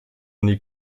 uni